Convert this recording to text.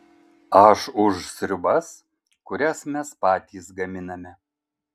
aš už sriubas kurias mes patys gaminame